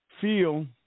feel